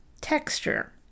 texture